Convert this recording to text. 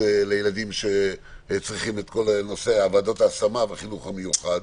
לילדים שצריכים ועדות השמה לחינוך המיוחד.